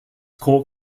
core